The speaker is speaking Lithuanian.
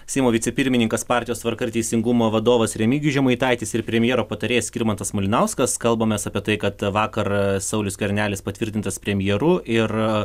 seimo vicepirmininkas partijos tvarka ir teisingumo vadovas remigijus žemaitaitis ir premjero patarėjas skirmantas malinauskas kalbamės apie tai kad tą vakar saulius skvernelis patvirtintas premjeru ir